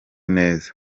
neza